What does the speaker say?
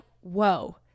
whoa